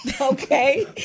Okay